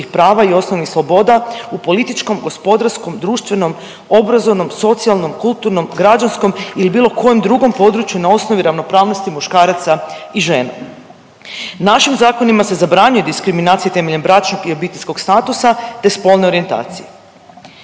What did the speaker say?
prava i osnovnih sloboda u političkom, gospodarskom, društvenom, obrazovnom, socijalnom, kulturnom, građanskom ili bilo kojem drugom području na osnovi ravnopravnosti muškaraca i žena. Našim zakonima se zabranjuje diskriminacija temeljem bračnog i obiteljskog statusa te spolne orijentacije.